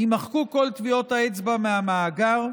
יימחקו כל טביעות האצבע מהמאגר,